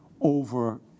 over